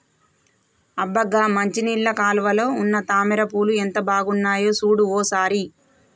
అబ్బ గా మంచినీళ్ళ కాలువలో ఉన్న తామర పూలు ఎంత బాగున్నాయో సూడు ఓ సారి